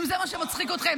אם זה מה שמצחיק אתכם.